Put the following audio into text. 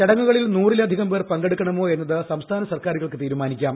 ചടങ്ങുകളിൽ നൂറിലധികം പേർ പങ്കെടുക്കണമോ എന്നത് സംസ്ഥാന സർക്കാരുകൾക്ക് തീരുമാനിക്കാം